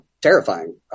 terrifying